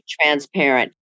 transparent